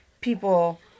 people